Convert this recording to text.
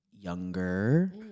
younger